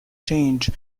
charge